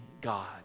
God